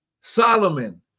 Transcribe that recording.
Solomon